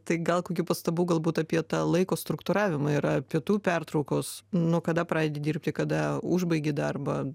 tai gal kokių pastabų galbūt apie tą laiko struktūravimą yra pietų pertraukos nuo kada pradedi dirbti kada užbaigi darbą